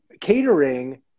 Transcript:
catering